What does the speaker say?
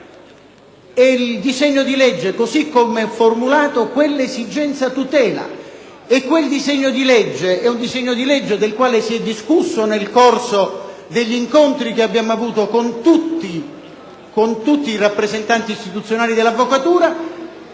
E il disegno di legge, così com'è formulato, quell'esigenza tutela. E di quel disegno di legge si è discusso nel corso degli incontri che abbiamo avuto con tutti i rappresentanti istituzionali dell'avvocatura,